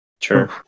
Sure